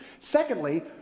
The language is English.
Secondly